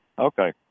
Okay